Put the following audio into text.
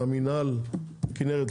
מינהל הכנרת,